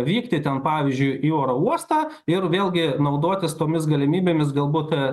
vykti ten pavyzdžiui į oro uostą ir vėlgi naudotis tomis galimybėmis gal būt